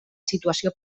situació